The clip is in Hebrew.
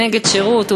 הוא נגד שירות,